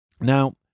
Now